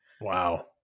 Wow